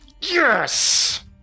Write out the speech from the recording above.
Yes